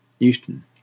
Newton